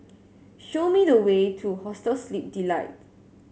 show me the way to Hostel Sleep Delight